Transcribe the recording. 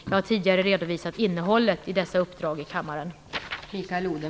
Jag har tidigare redovisat innehållet i dessa uppdrag i kammaren.